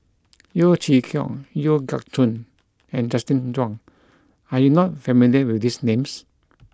Yeo Chee Kiong Yeo Siak Goon and Justin Zhuang are you not familiar with these names